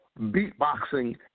beatboxing